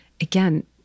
again